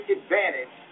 advantage